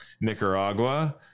Nicaragua